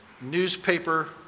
newspaper